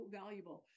valuable